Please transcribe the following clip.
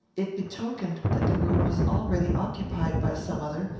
it betokened that the room was already occupied by some other,